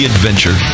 adventure